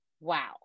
Wow